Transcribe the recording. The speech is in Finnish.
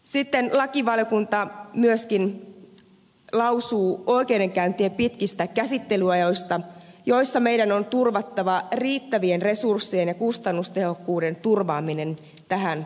sitten lakivaliokunta myöskin lausuu oikeudenkäyntien pitkistä käsittelyajoista joissa meidän on turvattava riittävien resurssien ja kustannustehokkuuden turvaaminen tähän ongelmaan